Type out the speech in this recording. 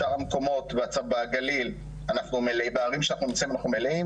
בשאר המקומות בערים שאנחנו נמצאים אנחנו מלאים,